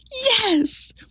yes